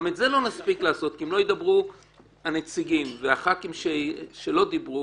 גם את זה לא נספיק לעשות כי אם לא ידברו הנציגים והח"כים שלא דיברו,